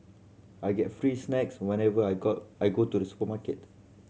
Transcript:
I get free snacks whenever I got I go to the supermarket